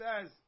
says